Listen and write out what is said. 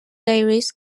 dairies